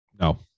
no